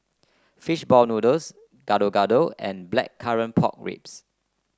fish ball noodles Gado Gado and Blackcurrant Pork Ribs